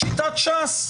לשיטת ש"ס,